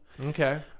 Okay